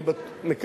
נילי ארד,